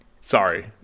Sorry